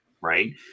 right